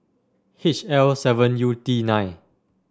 H L seven U D nine